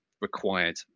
required